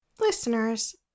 Listeners